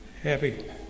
Happy